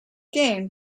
game